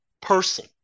person